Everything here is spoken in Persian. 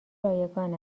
رایگان